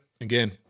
again